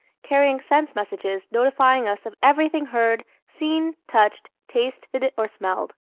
carrying sense messages notifying us of everything heard, seen, touched, tasted or smelled.